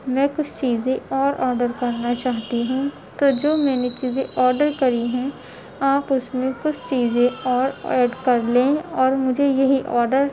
میں کچھ چیزیں اور آڈر کرنا چاہتی ہوں تو جو میں نے چیزیں آڈر کری ہیں آپ اس میں کچھ چیزیں اور ایڈ کر لیں اور مجھے یہی آڈر